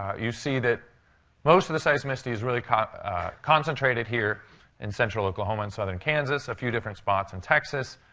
you see that most of the seismicity is really concentrated here in central oklahoma and southern kansas, a few different spots in texas,